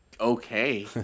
okay